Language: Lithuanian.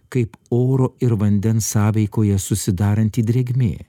kaip oro ir vandens sąveikoje susidaranti drėgmė